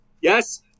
yes